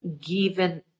given